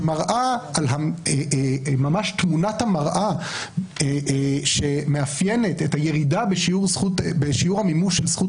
שמראה את תמונת המראה שמאפיינת את הירידה בשיעור המימוש של זכות